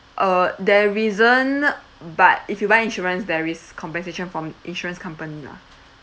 uh there isn't but if you buy insurance there is compensation from insurance company lah